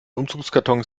umzugskartons